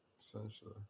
Essentially